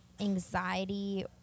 anxiety